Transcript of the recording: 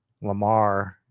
Lamar